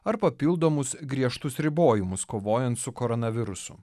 ar papildomus griežtus ribojimus kovojant su koronavirusu